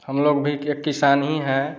हम लोग भी एक किसान हीं हैं